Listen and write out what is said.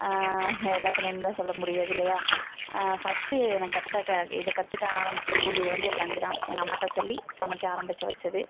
அவங்க எல்லாத்து நேமெலாம் சொல்ல முடியாது இல்லையா ஃபஸ்ட்டு எனக்கு கற்றுக்க இதை கற்றுக்க ஆரம்பித்த தூண்டியது வந்து என் ஃப்ரெண்டு தான் எங்கள் அம்மாகிட்ட சொல்லி சமைக்க ஆரம்பித்து வச்சது